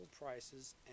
prices